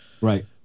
Right